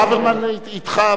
ברוורמן אתך,